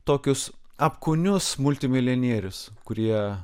tokius apkūnius multimilijonierius kurie